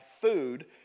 food